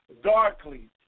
darkly